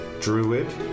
Druid